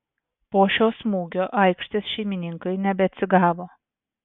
po šio smūgio aikštės šeimininkai nebeatsigavo